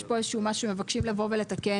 יש פה איזה שהוא משהו שמבקשים לבוא ולתקן,